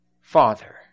Father